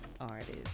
artists